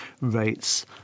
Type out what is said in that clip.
rates